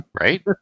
right